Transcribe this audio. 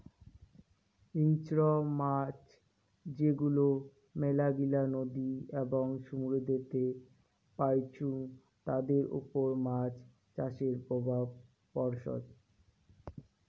হিংস্র মাছ যেগুলো মেলাগিলা নদী এবং সমুদ্রেতে পাইচুঙ তাদের ওপর মাছ চাষের প্রভাব পড়সৎ